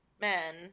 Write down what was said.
men